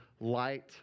light